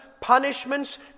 punishments